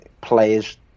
players